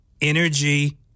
energy